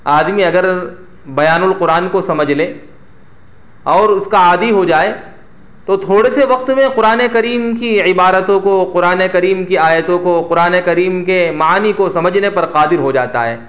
آدمی اگر بیان القرآن کو سمجھ لے اور اس کا عادی ہو جائے تو تھوڑے سے وقت میں قرآن کریم کی عبارتوں کو قرآن کریم کی آیتوں کو قرآن کریم کے معانی کو سمجھنے پر قادر ہو جاتا ہے